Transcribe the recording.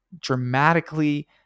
dramatically